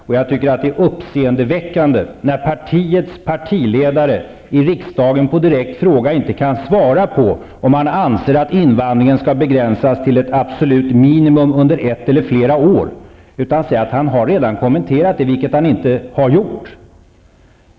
Det är uppseendeväckande när partiets partiledare i riksdagen på en direkt fråga inte kan svara om han anser att invandringen skall begränsas till ett absolut minimum under ett eller flera år utan säger att han redan har kommenterat detta, vilket han inte har gjort.